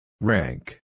Rank